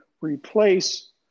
replace